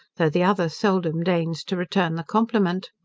though the other seldom deigns to return the compliment.